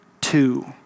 two